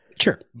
Sure